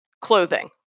clothing